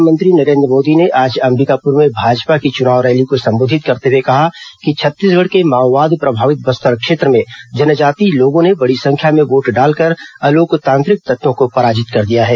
प्रधानमंत्री नरेन्द्र मोदी ने आज अभ्बिकापुर में भाजपा की चुनाव रैली को संबोधित करते हुए कहा कि छत्तीसगढ़ के माओवाद प्रभावित बस्तर क्षेत्र में जनजातीय लोगों ने बड़ी संख्या में वोट डालकर अलोकतांत्रिक तत्वों को पराजित कर दिया है